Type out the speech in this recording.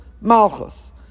Malchus